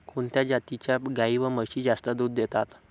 कोणत्या जातीच्या गाई व म्हशी जास्त दूध देतात?